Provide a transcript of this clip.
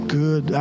good